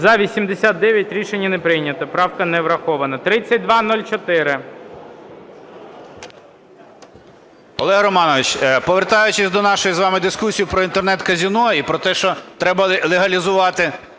За-89 Рішення не прийнято. Правка не врахована. 3204. 10:39:23 МАКАРОВ О.А. Олег Романович, повертаючись до нашої з вами дискусії про Інтернет-казино і про те, що треба легалізувати